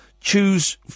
choose